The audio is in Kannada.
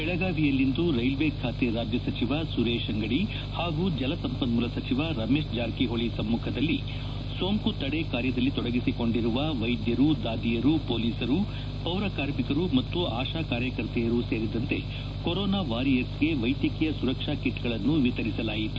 ಬೆಳಗಾವಿಯಲ್ಲಿಂದು ರೈಲ್ವೆ ಖಾತೆ ರಾಜ್ಯ ಸಚಿವ ಸುರೇಶ್ ಅಂಗಡಿ ಪಾಗೂ ಜಲಸಂಪನೂಲ ಸಚಿವ ರಮೇಶ್ ಜಾರಕಿಹೊಳಿ ಸಮ್ಮಖದಲ್ಲಿ ಸೋಂಕು ತಡೆ ಕಾರ್ಯದಲ್ಲಿ ತೊಡಗಿಸಿಕೊಂಡಿರುವ ವೈದ್ದರು ದಾದಿಯರು ಪೊಲೀಸರು ಪೌರ ಕಾರ್ಮಿಕರು ಮತ್ತು ಆಶಾಕಾರ್ಯಕರ್ತೆಯರು ಸೇರಿದಂತೆ ಕೊರೊನಾ ವಾರಿಯರ್ಸ್ಗಳಿಗೆ ವೈದ್ಯಕೀಯ ಸುರಕ್ಷಾ ಕಿಟ್ಗಳನ್ನು ವಿತರಿಸಲಾಯಿತು